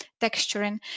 texturing